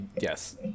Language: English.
yes